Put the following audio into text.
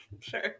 sure